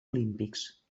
olímpics